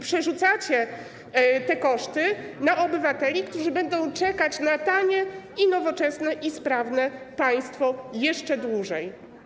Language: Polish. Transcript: Przerzucacie te koszty na obywateli, którzy będą czekać na tanie, nowoczesne i sprawne państwo jeszcze dłużej.